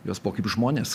jos buvo kaip žmonės